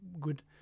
good